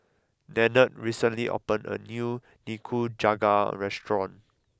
Nannette recently opened a new Nikujaga restaurant